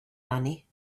money